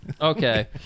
Okay